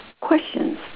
questions